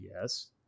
Yes